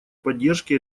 поддержки